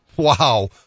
Wow